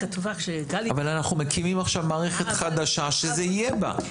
אבל אנחנו מקימים עכשיו מערכת חדשה שזה יהיה בה.